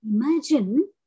Imagine